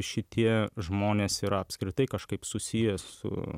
šitie žmonės yra apskritai kažkaip susiję su